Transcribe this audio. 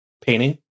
Painting